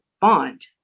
bond